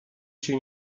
się